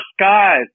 skies